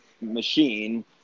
machine